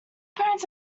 parents